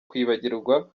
kwibagirwa